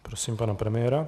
Prosím pana premiéra.